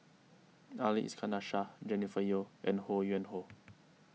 Ali Iskandar Shah Jennifer Yeo and Ho Yuen Hoe